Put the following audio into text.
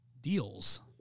deals